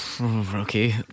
Okay